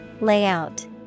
Layout